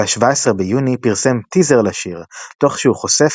ב-17 ביוני פרסם טיזר לשיר תוך שהוא חושף